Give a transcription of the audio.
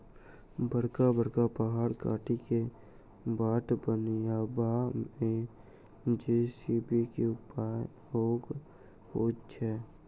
बड़का बड़का पहाड़ काटि क बाट बनयबा मे जे.सी.बी के उपयोग होइत छै